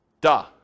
duh